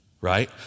right